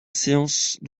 séance